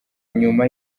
nyuma